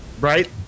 Right